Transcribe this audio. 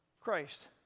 Christ